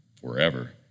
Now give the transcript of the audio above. forever